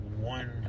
one